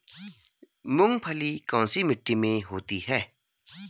मूंगफली कौन सी मिट्टी में होती है?